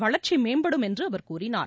வளர்ச்சி மேம்படும் என்று அவர் கூறினார்